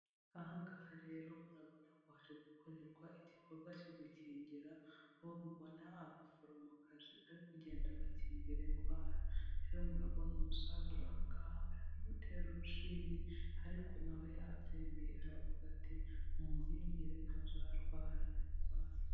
Aha ngaha rero murabona ko hari gukorerwa igikorwa cyo gukingira, aho mubona abaforomokazi bari kugenda bakingira indwara, rero muraboba umusaza uri aha ngaha, bari kumutera urushinge ariko nawe yabyemeye, aravuga ati munkingire ntazarwara indwara.